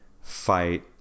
fight